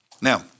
Now